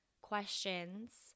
questions